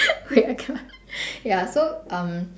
wait I cannot ya so um